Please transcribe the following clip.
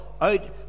out